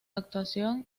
actuación